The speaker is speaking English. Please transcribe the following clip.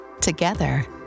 Together